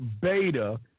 beta